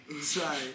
Sorry